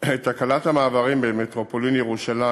2. תקלת המעברים במטרופולין ירושלים